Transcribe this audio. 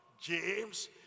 James